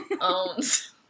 owns